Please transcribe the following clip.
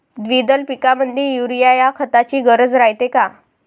द्विदल पिकामंदी युरीया या खताची गरज रायते का?